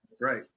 Right